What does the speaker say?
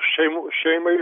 šeimų šeimai